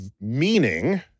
meaning